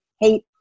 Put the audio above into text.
hate